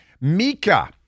Mika